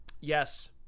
Yes